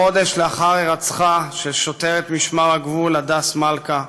חודש לאחר הירצחה של שוטרת משמר הגבול הדס מלכא,